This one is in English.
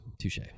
Touche